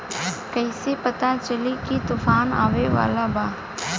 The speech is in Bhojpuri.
कइसे पता चली की तूफान आवा वाला बा?